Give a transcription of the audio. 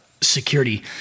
security